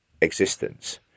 existence